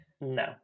no